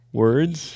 words